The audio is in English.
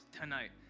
tonight